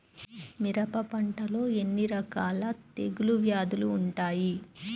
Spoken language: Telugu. మిరప పంటలో ఎన్ని రకాల తెగులు వ్యాధులు వుంటాయి?